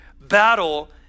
battle